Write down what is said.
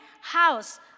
house